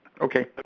Okay